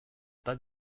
bas